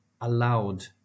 allowed